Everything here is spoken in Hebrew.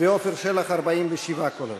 ועפר שלח, 47 קולות.